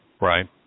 Right